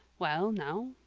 well now,